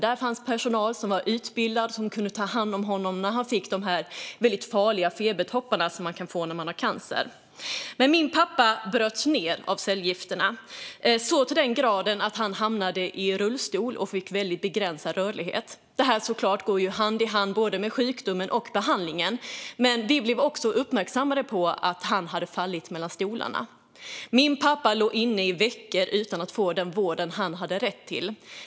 Där fanns personal som var utbildad och kunde ta hand om honom när han fick de väldigt farliga febertoppar som man kan få när man har cancer. Min pappa bröts ned av cellgifterna. Det var så till den grad att han hamnade i rullstol och fick väldigt begränsad rörlighet. Det går hand i hand med både sjukdomen och behandlingen. Men vi blev också uppmärksammade på att han hade fallit mellan stolarna. Min pappa låg inne i veckor utan att få den vård han hade rätt till.